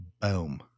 Boom